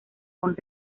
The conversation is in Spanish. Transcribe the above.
con